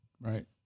Right